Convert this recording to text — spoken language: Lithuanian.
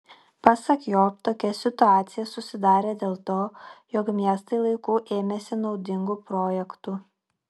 pasak jo tokia situacija susidarė dėl to jog miestai laiku ėmėsi naudingų projektų